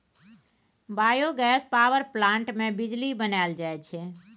biogas power plant मे बिजली बनाएल जाई छै